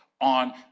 on